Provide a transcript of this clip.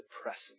Depressing